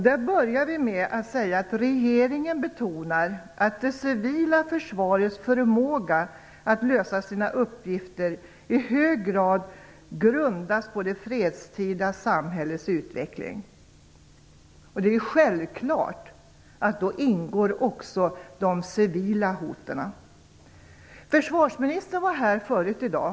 Vi börjar med att säga: Regeringen betonar att det civila försvarets förmåga att lösa sina uppgifter i hög grad grundas på det fredstida samhällets utveckling. Det är självklart att då ingår också de civila hoten. Försvarsministern var här tidigare i dag.